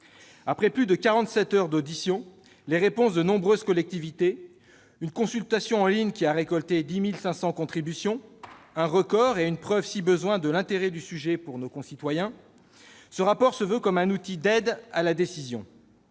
Après plus de quarante-sept heures d'auditions, les réponses de nombreuses collectivités, une consultation en ligne qui a récolté 10 500 contributions-un record et une preuve, si besoin en était, de l'intérêt du sujet pour nos concitoyens-, notre rapport se veut un outil d'aide à la décision.